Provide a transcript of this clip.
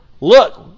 Look